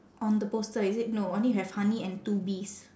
on the poster is it no only have honey and two bees